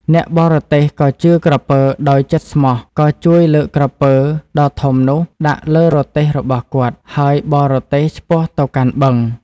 អ្នកបរទេះក៏ជឿក្រពើដោយចិត្តស្មោះក៏ជួយលើកក្រពើដ៏ធំនោះដាក់លើទេះរបស់គាត់ ហើយបរទេះឆ្ពោះទៅកាន់បឹង។